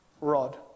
Rod